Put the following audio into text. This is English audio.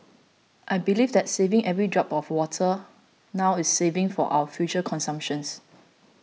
I believe that saving every drop of water now is saving for our future consumptions